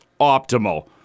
optimal